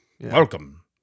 Welcome